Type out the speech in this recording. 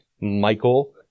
Michael